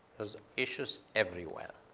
there's issues everywhere.